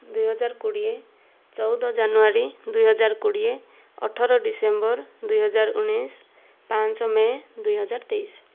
ଦୁଇହଜାର କୋଡ଼ିଏ ଚଉଦ ଜାନୁଆରୀ ଦୁଇହଜାର କୋଡ଼ିଏ ଅଠର ଡିସେମ୍ବର ଦୁଇହଜାର ଉଣାଇଶ ପାଞ୍ଚ ମେ' ଦୁଇହଜାର ତେଇଶ